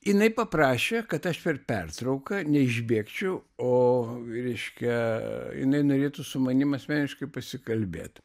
jinai paprašė kad aš per pertrauką neišbėgčiau o reiškia jinai norėtų su manim asmeniškai pasikalbėt